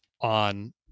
On